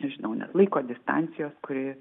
žinau net laiko distancijos kuri